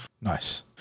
Nice